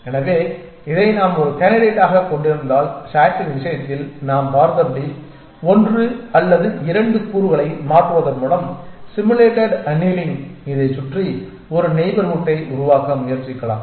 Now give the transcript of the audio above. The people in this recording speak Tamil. எனவே இதை நாம் ஒரு கேண்டிடேட் ஆகக் கொண்டிருந்தால் SAT இன் விஷயத்தில் நாம் பார்த்தபடி ஒன்று அல்லது 2 கூறுகளை மாற்றுவதன் மூலம் சிமுலேட்டட் அனீலிங் இதைச் சுற்றி ஒரு நெய்பர்ஹூட்டை உருவாக்க முயற்சிக்கலாம்